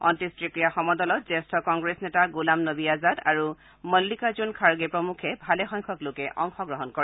অন্তেষ্টিক্ৰিয়া সমদলত জ্যেষ্ঠ কংগ্ৰেছ নেতা গোলাম নবী আজাদ আৰু মল্লিকাৰ্জুন খাৰ্গে প্ৰমুখ্যে ভালেসংখ্যক লোকে অংশগ্ৰহণ কৰে